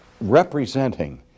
representing